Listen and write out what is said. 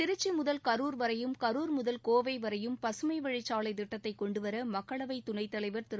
திருச்சி முதல் கரூர் வரையும் கரூர் முதல் கோவை வரையும் பசுமை வழிச்சாலை திட்டத்தைக் கொண்டுவர மக்களவைத் துணைத்தலைவர் திரு